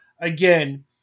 Again